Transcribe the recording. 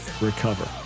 recover